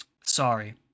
Sorry